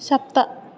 सप्त